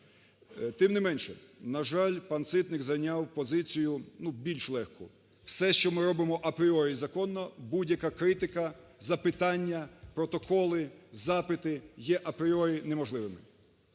Тим не менше, на жаль, пан Ситник зайняв позицію, ну, більш легку: все, що ми робимо апріорі законно, будь-яка критика, запитання, протоколи, запити є апріорі неможливими.